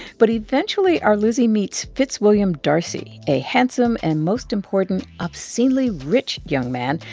but eventually our lizzy meets fitzwilliam darcy, a handsome and, most important, obscenely rich young man.